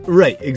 right